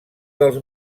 dels